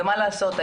ומה לעשות,